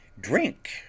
drink